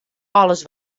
alles